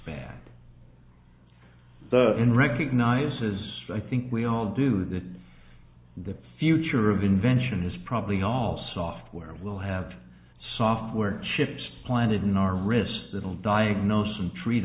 end recognizes i think we all do that the future of invention is probably all software will have software chips planted in our wrists that will diagnose and treat